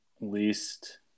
least